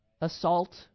assault